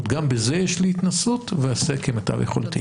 זאת אומרת גם בזה יש לי התנסות ואעשה כמיטב יכולתי.